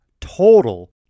total